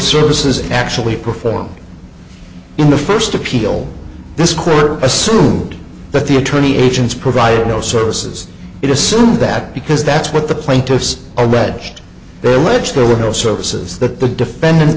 services actually perform in the first appeal this court assume that the attorney agents provided no services it assumed that because that's what the plaintiffs are read there which there were no services that the defendant